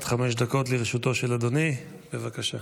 עד חמש דקות לרשותו של אדוני, בבקשה.